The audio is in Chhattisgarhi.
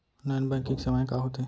नॉन बैंकिंग सेवाएं का होथे?